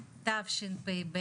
תשפ"ב,